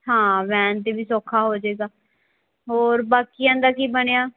ਹਾਂ ਵੈਨ 'ਤੇ ਵੀ ਸੋਖਾ ਹੋ ਜਾਵੇਗਾ ਹੋਰ ਬਾਕੀਆਂ ਦਾ ਕੀ ਬਣਿਆ